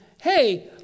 hey